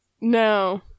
No